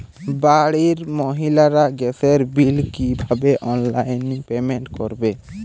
বাড়ির মহিলারা গ্যাসের বিল কি ভাবে অনলাইন পেমেন্ট করবে?